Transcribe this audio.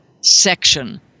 section